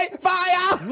fire